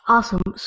Awesome